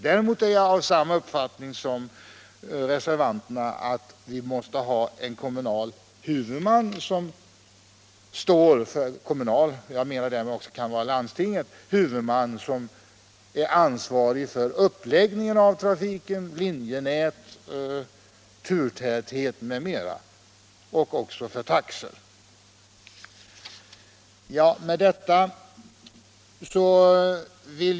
Däremot är jag av samma uppfattning som reservanterna när det gäller att vi måste ha en kommunal huvudman — det kan också vara landstinget — som är ansvarig för uppläggningen av trafiken, linjenät, turtäthet, taxor m.m.